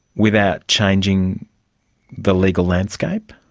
without changing the legal landscape?